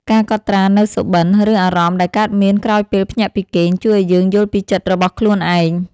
ការកត់ត្រានូវសុបិន ឬអារម្មណ៍ដែលកើតមានក្រោយពេលភ្ញាក់ពីគេង ជួយឱ្យយើងយល់ពីចិត្តរបស់ខ្លួនឯង។